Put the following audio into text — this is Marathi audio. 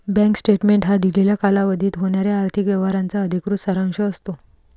बँक स्टेटमेंट हा दिलेल्या कालावधीत होणाऱ्या आर्थिक व्यवहारांचा अधिकृत सारांश असतो